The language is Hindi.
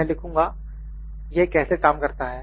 मैं लिखूंगा यह कैसे काम करता है